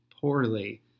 poorly